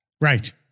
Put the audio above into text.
Right